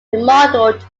remodeled